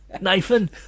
Nathan